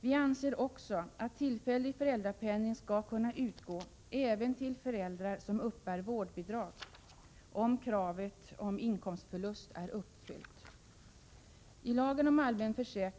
Vi anser att tillfällig föräldrapenning skall kunna utgå även till föräldrar som uppbär vårdbidrag, om kravet på inkomstförlust är uppfyllt.